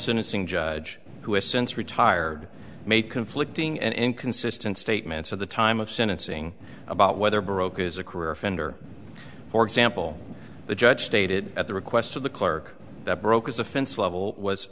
syncing judge who has since retired made conflicting and inconsistent statements at the time of sentencing about whether baroque is a career offender for example the judge stated at the request of the clerk that broker's offense level was